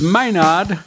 Maynard